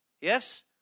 Yes